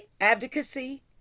advocacy